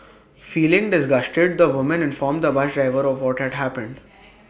feeling disgusted the woman informed the bus driver of what had happened